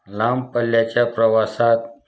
लांब पल्ल्याच्या प्रवासात